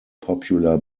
popular